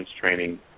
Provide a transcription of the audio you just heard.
training